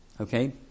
Okay